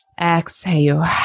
Exhale